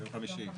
ביום חמישי.